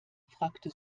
fragte